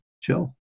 chill